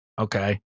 Okay